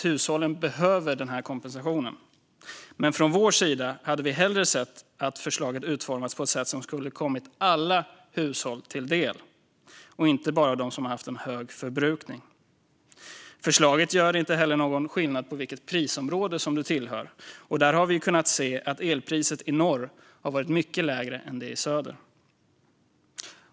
Hushållen behöver denna kompensation, men från vår sida hade vi hellre sett att förslaget utformats på ett sätt som skulle ha kommit alla hushåll till del och inte bara de hushåll som haft en hög förbrukning. Förslaget gör inte heller någon skillnad på vilket prisområde du tillhör, samtidigt som vi kunnat se att elpriset i norr har varit mycket lägre än det i söder.